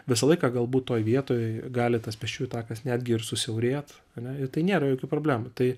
visą laiką galbūt toj vietoj gali tas pėsčiųjų takas netgi ir susiaurėt ane ir tai nėra jokių problemų tai